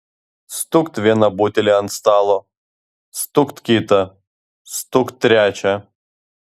stukt vieną butelį ant stalo stukt kitą stukt trečią